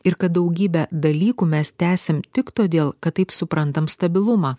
ir kad daugybę dalykų mes tęsiam tik todėl kad taip suprantam stabilumą